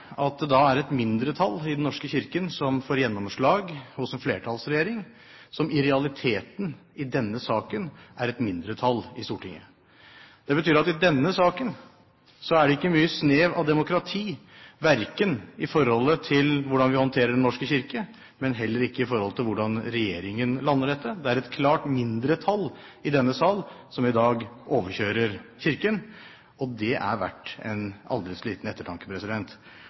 et mindretall i Den norske kirke som får gjennomslag hos en flertallsregjering som i realiteten i denne saken har et mindretall i Stortinget. Det betyr at i denne saken er det ikke mye snev av demokrati, verken når det gjelder hvordan vi håndterer Den norske kirke, eller hvordan regjeringen lander dette. Det er et klart mindretall i denne sal som i dag overkjører Kirken, og det er verdt en aldri så liten ettertanke.